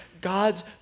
God's